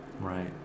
Right